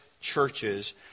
churches